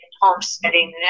homesteading